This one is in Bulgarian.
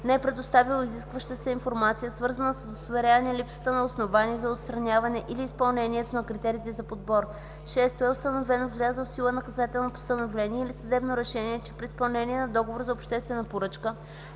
не е предоставил изискваща се информация, свързана с удостоверяване липсата на основания за отстраняване или изпълнението на критериите за подбор; 6. е установено с влязло в сила наказателно постановление или съдебно решение, че при изпълнение на договор за обществена поръчка